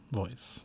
voice